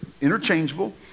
interchangeable